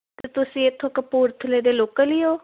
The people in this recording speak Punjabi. ਅਤੇ ਤੁਸੀਂ ਇਥੋਂ ਕਪੂਰਥਲੇ ਦੇ ਲੋਕਲ ਹੀ ਹੋ